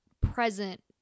present